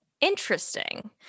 interesting